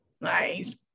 Nice